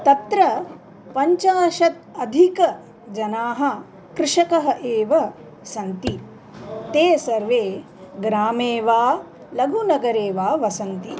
तत्र पञ्चाशदधिकाः जनाः कृषकः एव सन्ति ते सर्वे ग्रामे वा लघुनगरे वा वसन्ति